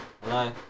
Hello